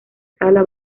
sala